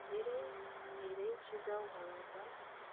धेरै धेरै सुझाउहरू छन्